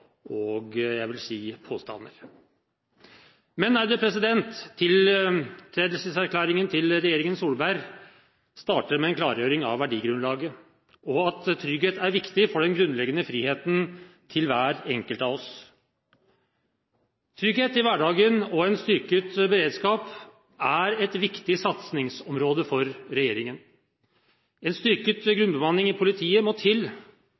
og påstander. Tiltredelseserklæringen til regjeringen Solberg starter med en klargjøring av verdigrunnlaget og at trygghet er viktig for den grunnleggende friheten til hver enkelt av oss. Trygghet i hverdagen og en styrket beredskap er et viktig satsingsområde for regjeringen. En styrket grunnbemanning i politiet må til